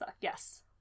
Yes